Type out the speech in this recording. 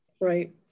right